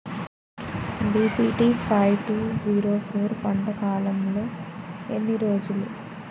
BPT five two zero four పంట కాలంలో ఎన్ని రోజులు?